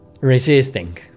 resisting